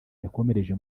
yakomereje